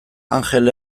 angel